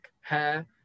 hair